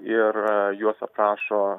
ir juos aprašo